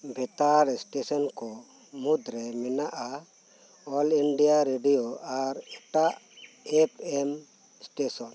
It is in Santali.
ᱵᱮᱛᱟᱨ ᱥᱴᱮᱥᱚᱱ ᱠᱚ ᱢᱩᱫᱽᱨᱮ ᱢᱮᱱᱟᱜᱼᱟ ᱚᱞ ᱤᱱᱰᱤᱭᱟ ᱨᱮᱰᱤᱭᱳ ᱟᱨ ᱮᱴᱟᱜ ᱮᱯᱷ ᱮᱢ ᱥᱴᱮᱥᱚᱱ